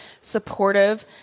supportive